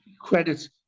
credits